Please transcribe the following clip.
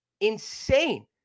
Insane